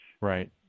Right